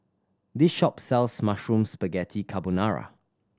this shop sells Mushroom Spaghetti Carbonara